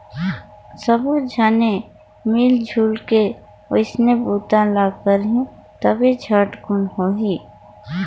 सब्बो झन मिलजुल के ओइसने बूता ल करही तभे झटकुन होही